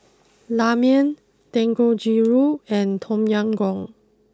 Ramen Dangojiru and Tom Yam Goong